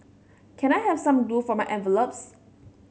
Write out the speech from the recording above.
can I have some glue for my envelopes